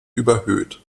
überhöht